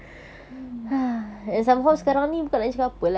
hmm tapi susah lah